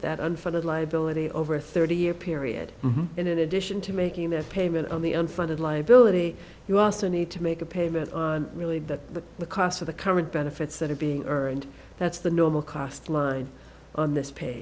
that unfunded liability over a thirty year period and in addition to making that payment on the unfunded liability you also need to make a payment on really that the cost of the current benefits that are being earth and that's the normal cost line on this pa